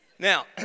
Now